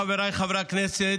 חבריי חברי הכנסת,